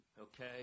okay